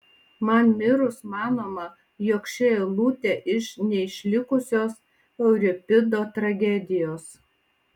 man mirus manoma jog ši eilutė iš neišlikusios euripido tragedijos